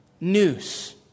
news